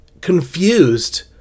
confused